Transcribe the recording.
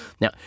Now